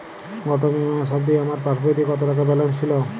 গত মে মাস অবধি আমার পাসবইতে কত টাকা ব্যালেন্স ছিল?